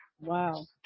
Wow